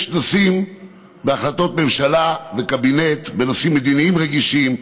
יש נושאים והחלטות ממשלה בקבינט בנושאים מדיניים רגישים,